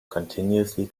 continuously